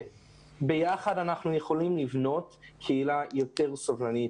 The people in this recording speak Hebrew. ביחד אנחנו יכולים לבנות קהילה יותר סובלנית,